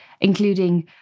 including